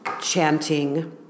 chanting